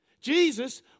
Jesus